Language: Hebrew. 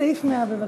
סעיף 100, בבקשה.